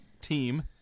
team